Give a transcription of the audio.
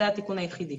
זה התיקון היחידי.